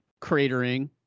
cratering